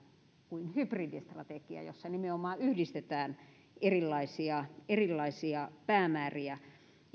kuin hybridistrategia jossa nimenomaan yhdistetään erilaisia erilaisia päämääriä